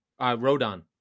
Rodon